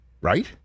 right